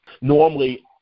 normally –